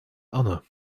anne